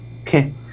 okay